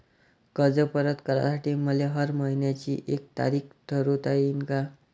कर्ज परत करासाठी मले हर मइन्याची एक तारीख ठरुता येईन का?